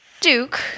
Duke